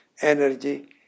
energy